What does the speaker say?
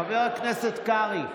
חבר הכנסת קרעי,